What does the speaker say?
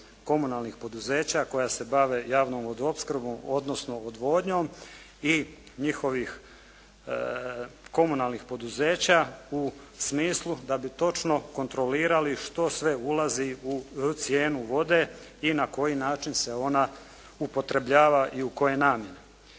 komunalnih poduzeća koja se bave javnom vodoopskrbom odnosno odvodnjom i njihovih komunalnih poduzeća u smislu da bi točno kontrolirali što sve ulazi u cijenu vode i na koji način se ona upotrebljava i u koje namjene.